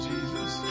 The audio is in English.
Jesus